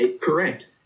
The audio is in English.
correct